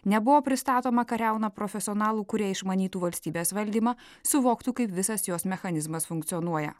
nebuvo pristatoma kariauna profesionalų kurie išmanytų valstybės valdymą suvoktų kaip visas jos mechanizmas funkcionuoja